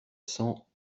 cents